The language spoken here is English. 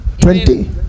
Twenty